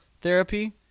therapy